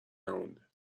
نمونده